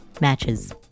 matches